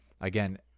again